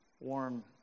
warm